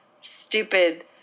stupid